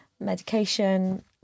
medication